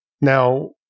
Now